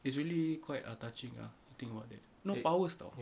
it's really quite err touching ah if you think about it no power [tau]